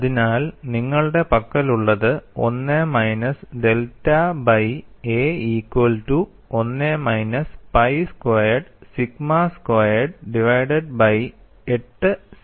അതിനാൽ നിങ്ങളുടെ പക്കലുള്ളത് 1 minus delta by a equal to 1 minus pi squared sigma squared divided by 8 sigma squared ys